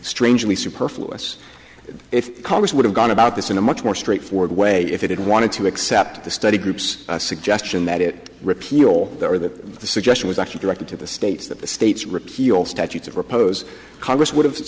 strangely superfluous if congress would have gone about this in a much more straightforward way if it had wanted to accept the study group's suggestion that it repeal or that the suggestion was actually directed to the states that the states repealed statutes of repose congress would have